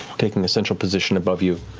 taking a central position above you.